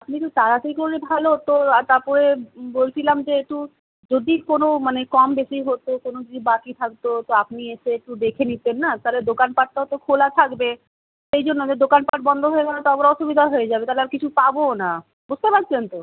আপনি একটু তাড়াতাড়ি করলে ভালো হতো আর তারপরে বলছিলাম যে একটু যদি কোনো মানে কম বেশি হতো কোনো যদি বাকি থাকতো তো আপনি এসে একটু দেখে নিতেন না তাহলে দোকান পাটটাও তো খোলা থাকবে সেই জন্য যে দোকান পাট বন্ধ হয়ে গেলে তো আবার অসুবিধা হয়ে যাবে তাহলে আর কিছু পাবোও না বুঝতে পারছেন তো